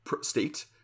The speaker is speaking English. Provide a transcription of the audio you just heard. state